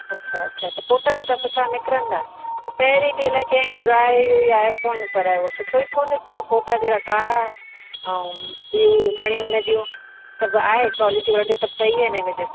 अच्छा अच्छा त फ़ोटा वोटा सुठा निकिरींदा त पहिरीं बि अलाए कंहिं घुरायी हुई आई फ़ोन पर हू सुठो ई कोन्ह निकितो फ़ोटा जहिड़ा कारा ऐं ॿियूं घणियूं हिन जूं सभु आहे क्वालिटी विटी सभु सही आहिनि हिन जूं